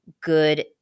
good